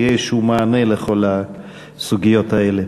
יהיה איזשהו מענה לכל הסוגיות האלה.